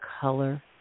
color